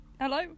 hello